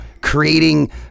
creating